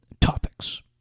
topics